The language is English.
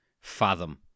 fathom